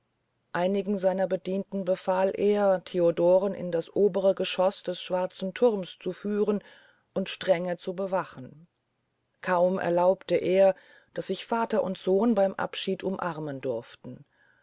einigen seiner bedienten befahl er theodoren in das obere geschoß des schwarzen thurms zu führen und strenge zu bewachen kaum erlaubte er daß sich vater und sohn beym abschied umarmen durften